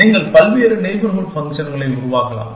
நீங்கள் பல்வேறு நெய்பர்ஹூட் ஃபங்க்ஷன்களை உருவாக்கலாம்